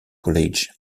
college